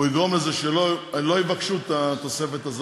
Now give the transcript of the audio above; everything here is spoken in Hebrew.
הוא יגרום לזה שהם לא יבקשו את התוספת הזאת,